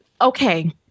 Okay